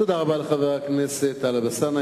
תודה רבה לחבר הכנסת טלב אלסאנע.